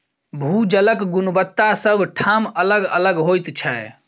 भू जलक गुणवत्ता सभ ठाम अलग अलग होइत छै